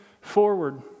forward